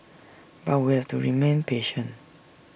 but we have to remain patient